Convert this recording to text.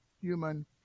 human